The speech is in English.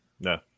No